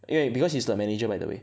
因为 because he's the manager by the way